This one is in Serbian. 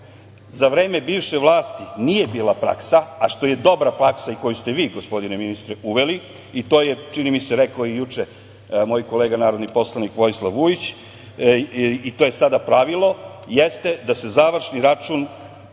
za vreme bivše vlasti nije bila praksa, a što je dobra praksa i koju ste vi, gospodine ministre, uveli i to je, čini mi se, rekao i juče moj kolega narodni poslanik, Vojislav Vujić, i to je sada pravilo jeste da se završni račun